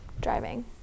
driving